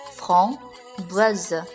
framboise